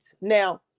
Now